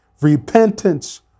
Repentance